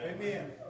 Amen